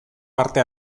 parte